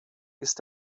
ist